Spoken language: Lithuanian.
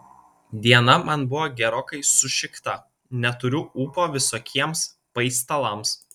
diena man buvo gerokai sušikta neturiu ūpo visokiems paistalams